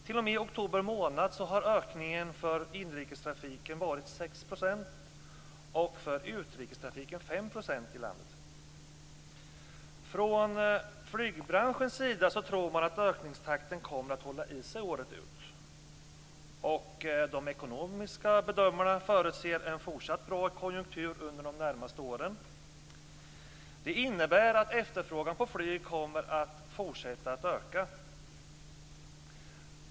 T.o.m. oktober månad har ökningen för inrikestrafiken varit 6 % och för utrikestrafiken Från flygbranschens sida tror man att ökningstakten kommer att hålla i sig året ut. De ekonomiska bedömarna förutser en fortsatt bra konjunktur under de närmaste åren. Det innebär att efterfrågan på flyg kommer att fortsätta att öka.